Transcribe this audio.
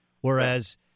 Whereas